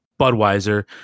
Budweiser